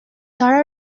tara